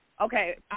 okay